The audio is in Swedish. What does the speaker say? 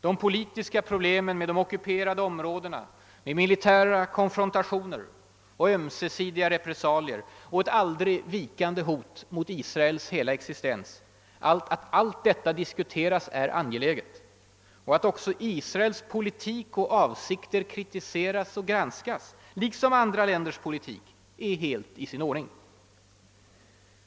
De politiska problemen med de ockuperade områdena; med militära konfrontationer och ömsesidiga repressalier och ett aldrig vikande hot mot Israels existens — att allt detta diskuteras är angeläget. Att också Israels politik och avsikter gran skas och kritiseras, liksom andra länders politik, är helt i sin ordning.